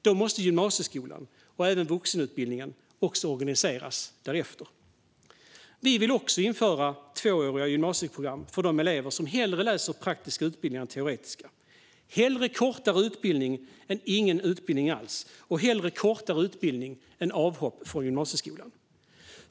Då måste gymnasieskolan, och även vuxenutbildningen, också organiseras därefter. Vi vill också införa tvååriga gymnasieprogram för de elever som hellre läser praktiska utbildningar än teoretiska. Hellre kortare utbildning än ingen utbildning alls, och hellre kortare utbildning än avhopp från gymnasieskolan.